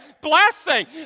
blessing